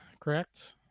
correct